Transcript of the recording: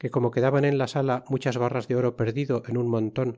que como quedaban en la sala muchas barras de oro perdido en un monton